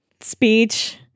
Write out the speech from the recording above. speech